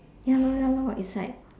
ya lor ya lor it's like